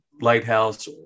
Lighthouse